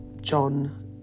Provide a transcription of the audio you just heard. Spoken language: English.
John